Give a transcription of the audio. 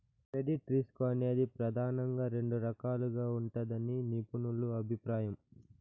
credit risk అనేది ప్రెదానంగా రెండు రకాలుగా ఉంటదని నిపుణుల అభిప్రాయం